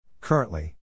Currently